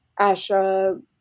ASHA